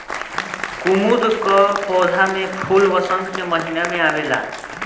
कुमुद कअ पौधा में फूल वसंत के महिना में आवेला